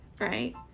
Right